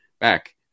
back